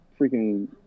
Freaking